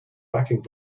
backing